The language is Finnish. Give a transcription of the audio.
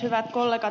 hyvät kollegat